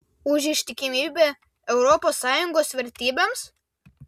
už ištikimybę europos sąjungos vertybėms